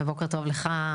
ובוקר טוב לך,